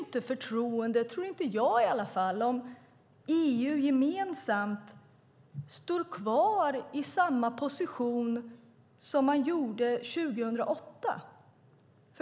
Jag tror inte att man bygger förtroenden om EU gemensamt står kvar i samma position som man hade 2008.